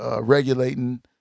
regulating-